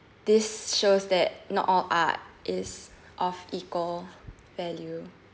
this shows that not all art is of equal value